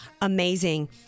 Amazing